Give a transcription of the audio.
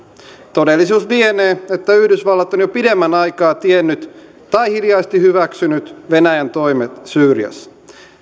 todellisuus lienee että yhdysvallat on jo pidemmän aikaa tiennyt tai hiljaisesti hyväksynyt venäjän toimet syyriassa